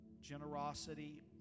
generosity